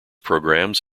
programmes